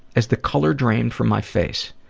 as the color drained from my face,